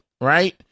Right